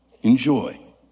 enjoy